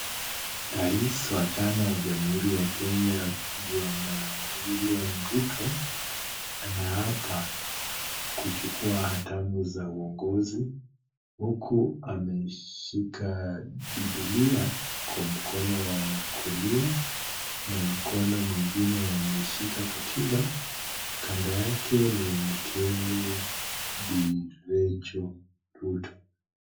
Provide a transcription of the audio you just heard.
Rais wa tano wa Jamhuri ya Kenya, Bwana William Ruto anaapa kuchukua hatamu za uongozi huku ameshika Bibilia kwa mkono wa kulia na mkono mwingine ameshika katiba, kando yake ni mkewe Bi. Rachel Ruto.